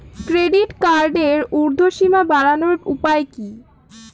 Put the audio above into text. Credit কার্ডের উর্ধ্বসীমা বাড়ানোর উপায় কি?